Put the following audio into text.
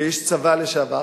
כאיש צבא לשעבר,